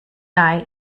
dye